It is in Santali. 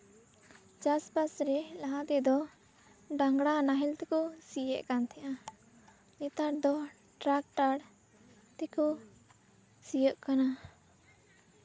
ᱪᱟᱥᱼᱵᱟᱥ ᱨᱮ ᱞᱟᱦᱟ ᱛᱮᱫᱚ ᱰᱟᱝᱨᱟ ᱱᱟᱦᱮᱞ ᱛᱮᱠᱚ ᱥᱤᱭᱮᱫ ᱠᱟᱱ ᱛᱟᱦᱮᱸᱜᱼᱟ ᱱᱮᱛᱟᱨ ᱫᱚ ᱴᱨᱟᱠᱴᱟᱨ ᱛᱮᱠᱚ ᱥᱤᱭᱳᱜ ᱠᱟᱱᱟ